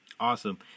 Awesome